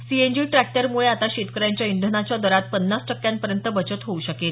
CNG ट्रॅक्टरमुळे आता शेतकऱ्यांच्या इंधनाच्या दरात पन्नास टक्क्यांपर्यंत बचत होऊ शकेल